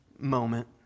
moment